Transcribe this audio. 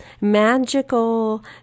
magical